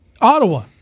Ottawa